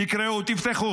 תקראו, תפתחו.